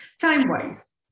time-wise